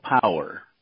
power